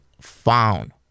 found